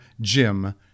Jim